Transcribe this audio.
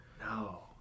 No